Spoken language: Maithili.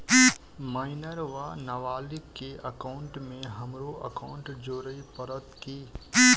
माइनर वा नबालिग केँ एकाउंटमे हमरो एकाउन्ट जोड़य पड़त की?